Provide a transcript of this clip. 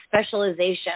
specialization